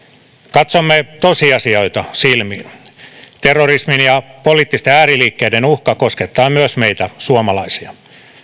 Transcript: katsomme tosiasioita silmiin terrorismin ja poliittisten ääriliikkeiden uhka koskettaa myös meitä suomalaisia